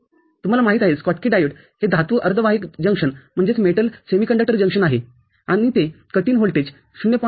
तुम्हाला माहित आहे स्कॉटकी डायोड हे धातू अर्धवाहक जंक्शनआहे आणि ते कट इन व्होल्टेज ०